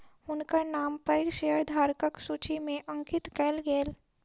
हुनकर नाम पैघ शेयरधारकक सूचि में अंकित कयल गेल